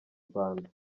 rwanda